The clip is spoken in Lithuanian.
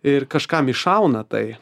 ir kažkam iššauna tai